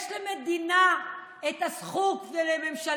יש למדינה ולממשלה